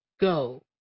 go